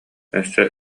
өссө